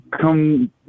come